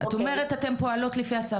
אתן פועלות לפי הצו.